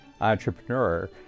entrepreneur